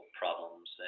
problems